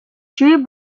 three